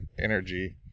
energy